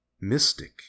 mystic